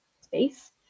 space